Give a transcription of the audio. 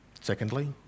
Secondly